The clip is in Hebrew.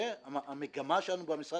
והמגמה שלנו במשרד,